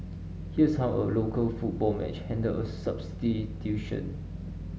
here's how a local football match handled a substitution